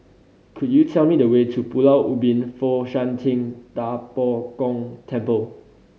could you tell me the way to Pulau Ubin Fo Shan Ting Da Bo Gong Temple